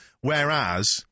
whereas